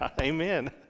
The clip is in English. amen